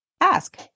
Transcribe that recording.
ask